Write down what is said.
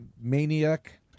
maniac